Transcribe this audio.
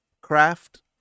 craft